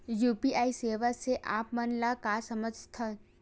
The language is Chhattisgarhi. यू.पी.आई सेवा से आप मन का समझ थान?